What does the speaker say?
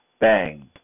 bang